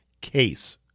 case